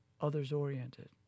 others-oriented